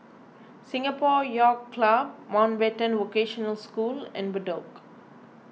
Singapore Yacht Club Mountbatten Vocational School and Bedok